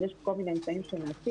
אז יש כל מיני אמצעים שנוקטים.